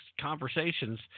conversations